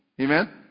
Amen